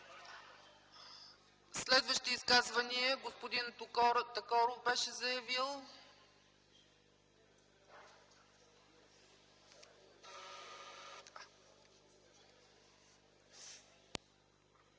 Следващи изказвания? Господин Такоров беше заявил